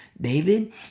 David